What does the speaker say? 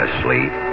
Asleep